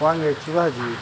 वांग्याची भाजी